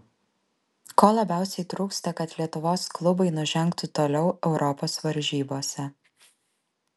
ko labiausiai trūksta kad lietuvos klubai nužengtų toliau europos varžybose